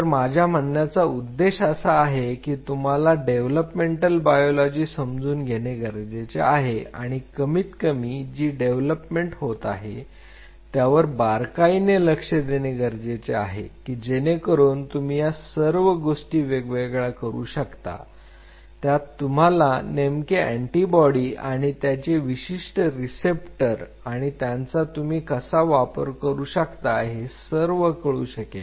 तर माझा म्हणण्याचा उद्देश असा आहे की तुम्हाला डेव्हलपमेंटल बायोलॉजी समजून घेणे गरजेचे आहे किंवा कमीत कमी जी डेव्हलपमेंट होत आहे त्यावर बारकाईने लक्ष देणे गरजेचे आहे की जेणेकरून तुम्ही या सर्व गोष्टी वेगळ्या करू शकता त्यात तुम्हाला नेमके अँटीबॉडी आणि त्यांचे विशिष्ट रिसेप्टर आणि त्यांचा तुम्ही कसा वापर करू शकता हे सर्व कळू शकेल